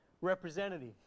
representative